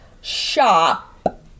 shop